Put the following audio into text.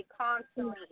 constantly